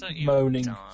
moaning